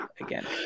again